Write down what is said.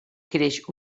creix